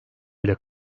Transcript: bile